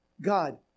God